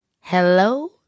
Hello